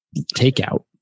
takeout